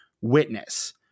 Witness